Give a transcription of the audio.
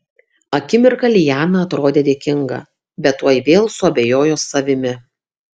akimirką liana atrodė dėkinga bet tuoj vėl suabejojo savimi